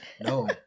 No